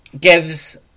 gives